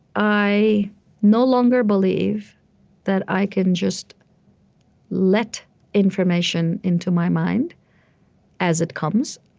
i no longer believe that i can just let information into my mind as it comes.